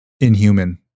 inhuman